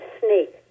Snake